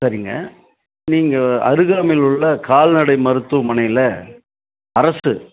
சரிங்க நீங்கள் அருகாமைலுள்ள கால்நடை மருத்துவமனையில் அரசு